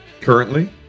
currently